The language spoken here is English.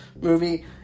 movie